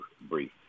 brief